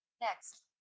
Next